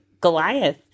Goliath